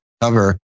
cover